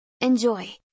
Enjoy